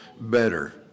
better